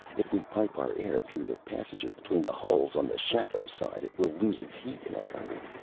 if we pipe our air through the passages between the hulls on the shadow side, it will lose its heat in a hurry.